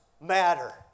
matter